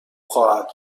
خواهد